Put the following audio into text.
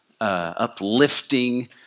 uplifting